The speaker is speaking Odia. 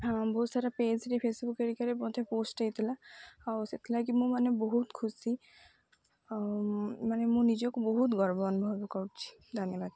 ହଁ ବହୁତ ସାରା ପେଜ୍ରେ ଫେସବୁକ୍ ହେରିକାରେ ମଧ୍ୟ ପୋଷ୍ଟ ହେଇଥିଲା ଆଉ ସେଥିଲାଗି ମୁଁ ମାନେ ବହୁତ ଖୁସି ଆଉ ମାନେ ମୁଁ ନିଜକୁ ବହୁତ ଗର୍ବ ଅନୁଭବ କରୁଛି ଧନ୍ୟବାଦ